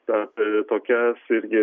tad tokias irgi